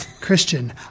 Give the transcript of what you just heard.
Christian